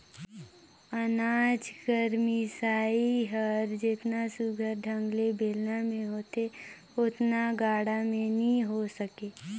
अनाज कर मिसई हर जेतना सुग्घर ढंग ले बेलना मे होथे ओतना गाड़ा मे नी होए सके